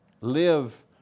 Live